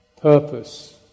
Purpose